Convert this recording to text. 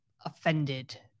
offended